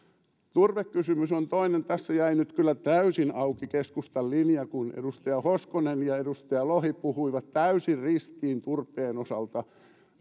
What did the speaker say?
turvekysymys on toinen tässä jäi nyt kyllä täysin auki keskustan linja kun edustaja hoskonen ja edustaja lohi puhuivat täysin ristiin turpeen osalta